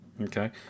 Okay